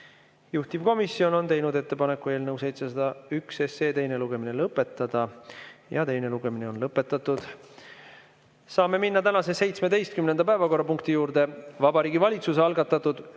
Juhtivkomisjon on teinud ettepaneku eelnõu 701 teine lugemine lõpetada. Teine lugemine on lõpetatud. Saame minna tänase 17. päevakorrapunkti juurde. Vabariigi Valitsuse algatatud